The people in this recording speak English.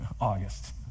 August